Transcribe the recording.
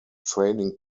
training